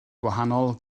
gwahanol